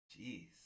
Jeez